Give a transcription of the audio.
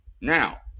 now